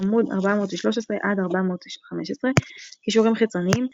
עמ' 415-413. קישורים חיצוניים מ.